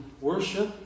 worship